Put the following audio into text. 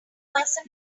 person